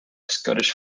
scottish